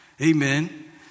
Amen